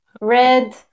red